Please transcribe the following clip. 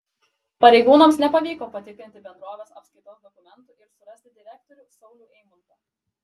pareigūnams nepavyko patikrinti bendrovės apskaitos dokumentų ir surasti direktorių saulių eimuntą